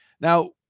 now